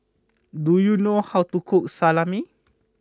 do you know how to cook Salami